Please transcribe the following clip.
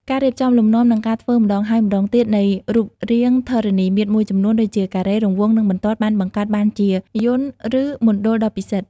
ការរៀបចំលំនាំ និងការធ្វើម្តងហើយម្តងទៀតនៃរូបរាងធរណីមាត្រមួយចំនួនដូចជាការ៉េ រង្វង់ និងបន្ទាត់បានបង្កើតបានជាយន្ត ឬមណ្ឌលដ៏ពិសិដ្ឋ។